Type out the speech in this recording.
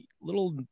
little